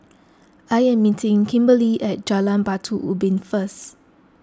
I am meeting Kimberley at Jalan Batu Ubin First